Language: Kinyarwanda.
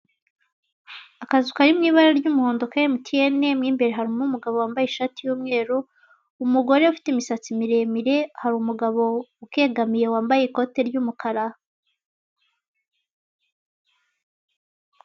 Akazu kari mu ibara ry'umuhondo ka Mtn mo imbere harimo umugabo wambaye ishati y'umweru, umugore ufite imisatsi miremire, hari umugabo ukegamiye wambaye ikote ry'umukara.